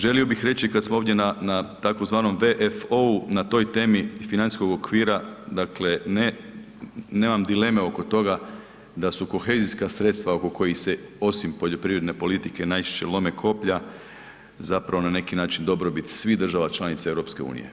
Želio bih reći kad smo ovdje na tzv. VFO-u na toj temi financijskog okvira dakle ne, nemam dileme oko toga da su kohezijska sredstva oko kojih se, osim poljoprivredne politike najčešće lome koplja, zapravo na neki način dobrobit svih država članica EU.